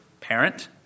parent